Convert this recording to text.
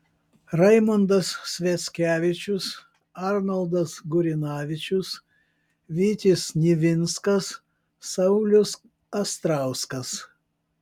raimondas sviackevičius arnoldas gurinavičius vytis nivinskas saulius astrauskas